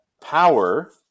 power